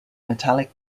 metallic